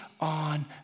on